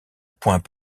point